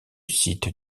site